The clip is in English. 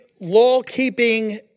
law-keeping